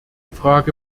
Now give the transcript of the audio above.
frage